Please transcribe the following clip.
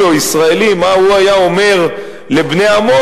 או ישראלי מה הוא היה אומר לבני עמו,